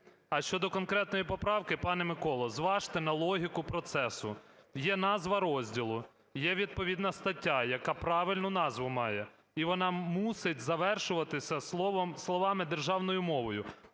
А щодо конкретної поправки, пане Миколо, зважте на логіку процесу. Є назва розділу, є відповідна стаття, яка правильну назву має, і вона мусить завершуватися словами "державною мовою".